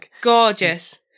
gorgeous